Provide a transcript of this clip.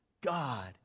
God